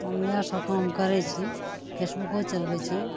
हम इएहसब काम करै छी फेसबुको चलबै छी